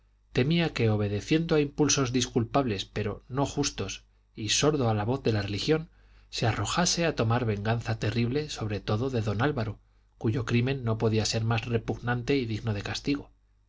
temía que obedeciendo a impulsos disculpables pero no justos y sordo a la voz de la religión se arrojase a tomar venganza terrible sobre todo de don álvaro cuyo crimen no podía ser más repugnante y digno de castigo